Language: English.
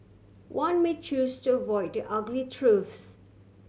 one may choose to avoid the ugly truths